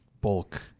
bulk